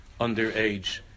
underage